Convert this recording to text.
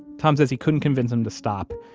tom says he couldn't convince him to stop,